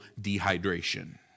dehydration